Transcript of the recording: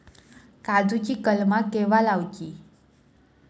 काजुची कलमा केव्हा लावची?